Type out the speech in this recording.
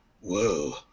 whoa